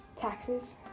taxes,